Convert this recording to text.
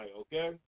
okay